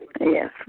Yes